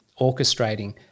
orchestrating